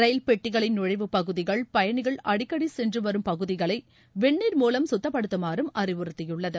ரயில் பெட்டிகளின் நுழைவுப்பகுதிகள் பயணிகள் அடிக்கடிசென்றுவரும் பகுதிகளைவெந்நீர் மூவம் குத்தப்படுத்துமாறுஅறிவுறுத்தியுள்ளது